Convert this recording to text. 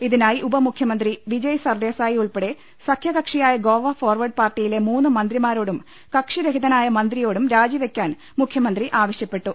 ഇതിനായി ഉപമുഖ്യമന്ത്രി വിജയ് സർദേസായി ഉൾപ്പെടെ സഖ്യ കക്ഷിയായ ഗോവ ഫോർവേഡ് പാർട്ടിയിലെ മൂന്ന് മന്ത്രിമാരോടും കക്ഷി രഹിതനായ മന്ത്രിയോടും രാജിവയ്ക്കാൻ മുഖ്യമന്ത്രി ആവശ്യപ്പെട്ടു